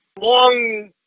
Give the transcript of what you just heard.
long